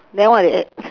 then what they add